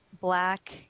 black